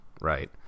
right